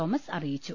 Thomas അറിയിച്ചു